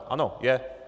Ano, je.